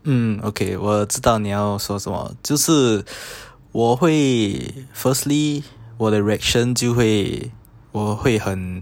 hmm okay 我知道你要说就是我会 firstly 我的 reaction 就会我会很